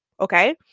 okay